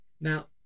Now